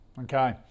okay